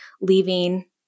leaving